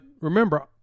remember –